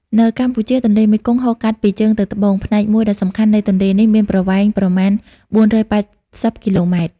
នៅកម្ពុជា ទន្លេមេគង្គហូរកាត់ពីជើងទៅត្បូង ផ្នែកមួយដ៏សំខាន់នៃទន្លេនេះមានប្រវែងប្រមាណ ៤៨០ គីឡូម៉ែត្រ។